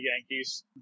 Yankees